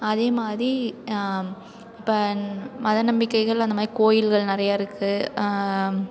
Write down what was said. அதே மாதிரி இப்போ மத நம்பிக்கைகள் அந்த மாதிரி கோயில்கள் நிறையா இருக்குது